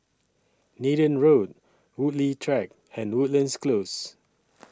Nathan Road Woodleigh Track and Woodlands Close